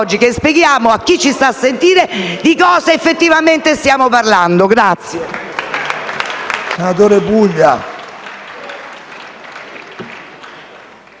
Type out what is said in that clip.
e spieghiamo a chi ci sta a sentire di cosa effettivamente stiamo parlando.